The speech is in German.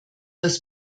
das